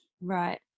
Right